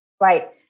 right